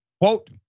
quote